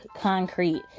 concrete